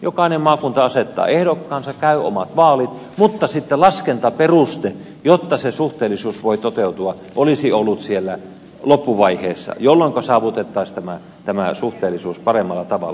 jokainen maakunta asettaa ehdokkaansa käy omat vaalit mutta sitten laskentaperuste jotta se suhteellisuus voi toteutua olisi ollut siellä loppuvaiheessa jolloinka olisi saavutettu tämä suhteellisuus paremmalla tavalla